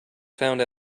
found